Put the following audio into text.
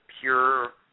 pure